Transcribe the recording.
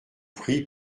prie